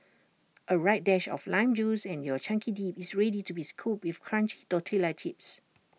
A right dash of lime juice and your chunky dip is ready to be scooped with crunchy tortilla chips